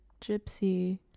gypsy